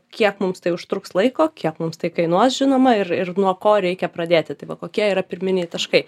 kiek mums tai užtruks laiko kiek mums tai kainuos žinoma ir ir nuo ko reikia pradėti tai va kokie yra pirminiai taškai